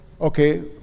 okay